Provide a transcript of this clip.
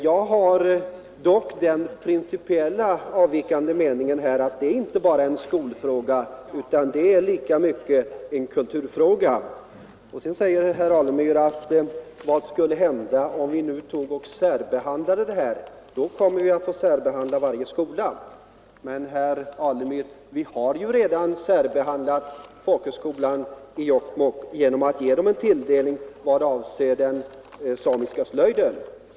Jag har dock den avvikande meningen att det här inte bara är en skolfråga utan lika mycket en kulturfråga. Vad skulle hända, frågar herr Alemyr, om vi särbehandlade den här skolan? Jo, säger han, då kommer vi att få särbehandla varje skola. Men vi har redan särbehandlat folkhögskolan i Jokkmokk genom att ge den extra tilldelning vad avser den samiska slöjden.